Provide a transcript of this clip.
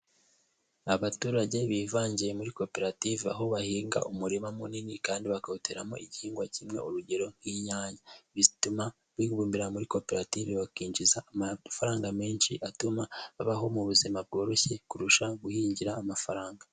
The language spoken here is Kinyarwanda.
Abaturage bivangiye muri koperative, aho bahinga umurima munini kandi bakawuteraramo igihingwa kimwe, urugero nk'inyanya, bituma bibumbira muri koperative bakinjiza amafaranga menshi, atuma babaho mu buzima bworoshye kurusha guhingira amafaranga.